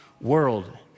world